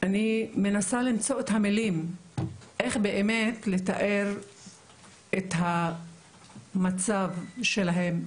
אני מנסה למצוא את המילים איך באמת לתאר את המצב שלהם,